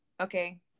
okay